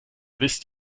wisst